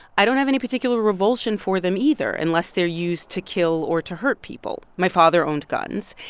i don't have any particular revulsion for them, either, unless they're used to kill or to hurt people. my father owned guns.